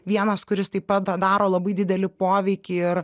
vienas kuris taip pat daro labai didelį poveikį ir